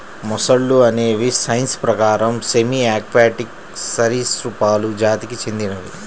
మొసళ్ళు అనేవి సైన్స్ ప్రకారం సెమీ ఆక్వాటిక్ సరీసృపాలు జాతికి చెందినవి